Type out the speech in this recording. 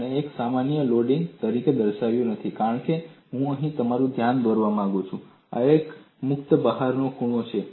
મેં આને એક સમાન લોડિંગ તરીકે દર્શાવ્યું નથી કારણ કે હું તમારું ધ્યાન દોરવા માંગુ છું કે આ એક મુક્ત બહારનો ખૂણો છે